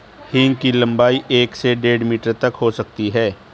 हींग की लंबाई एक से डेढ़ मीटर तक हो सकती है